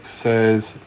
says